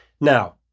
Now